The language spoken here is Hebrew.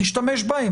תשתמש בהן,